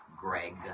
Greg